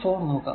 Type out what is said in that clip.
4 നോക്കുക